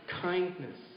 kindness